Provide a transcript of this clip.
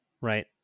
right